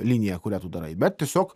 linija kurią tu darai bet tiesiog